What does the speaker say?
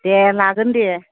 दे लागोन दे